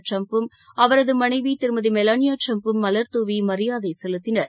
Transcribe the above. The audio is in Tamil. டிரம்பும் அவரது மனைவி திருமதி மெலனியா ட்டிரம்பும் மலர்துவி மரியாதை செலுத்தினர்